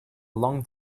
long